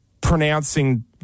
pronouncing